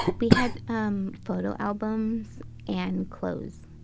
we had um photo albums and clothes.